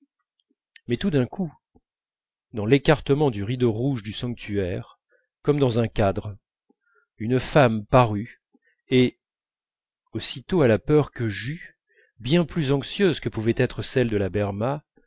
mais tout d'un coup dans l'écartement du rideau rouge du sanctuaire comme dans un cadre une femme parut et aussitôt à la peur que j'eus bien plus anxieuse que pouvait être celle de la berma